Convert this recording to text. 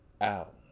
out